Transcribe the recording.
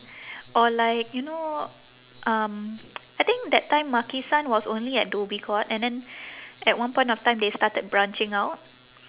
or like you know um I think that time makisan was only at dhoby ghaut and then at one point of time they started branching out